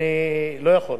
שלא להודות